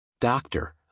Doctor